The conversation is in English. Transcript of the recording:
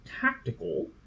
tactical